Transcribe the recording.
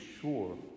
sure